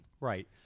Right